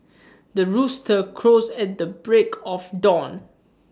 the rooster crows at the break of dawn